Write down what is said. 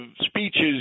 speeches